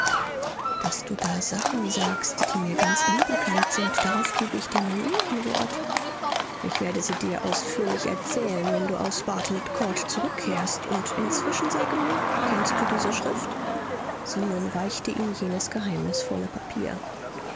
daß du da sachen sagst die mir ganz unbekannt sind darauf gebe ich dir mein ehrenwort ich werde sie dir ausführlich erzählen wenn du aus bartelet court zurückkehrst und inzwischen sage mir kennst du diese schrift zenon reichte ihm jenes geheimnisvolle papier